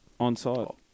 Onside